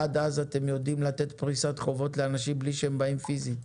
עד אז אתם יודעים לתת פריסת חובות לאנשים בלי שהם באים פיזית.